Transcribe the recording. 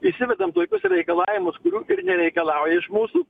įsivedam tokius reikalavimus kurių ir nereikalauja iš mūsų